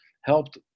helped